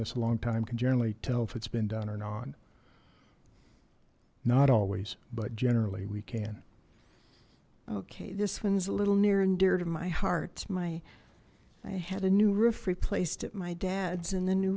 this a long time can generally tell if it's been done and on not always but generally we can okay this one's a little near and dear to my heart my i had a new roof replaced at my dad's and the new